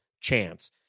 chance